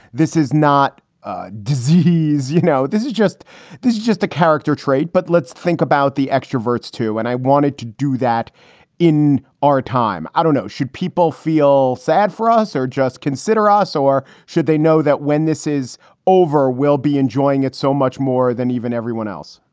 this is not a disease. you know, this is just this is just a character trait. but let's think about the extroverts, too, when and i wanted to do that in our time. i don't know. should people feel sad for us or just consider us? or should they know that when this is over, we'll be enjoying it so much more than even everyone else?